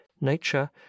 nature